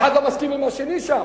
אחד לא מסכים עם השני שם.